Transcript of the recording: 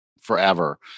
forever